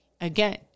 again